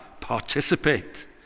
participate